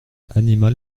animal